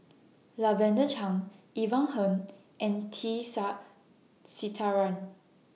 Lavender Chang Ivan Heng and T Sasitharan